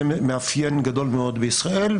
זה מאפיין גדול מאוד בישראל.